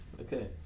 Okay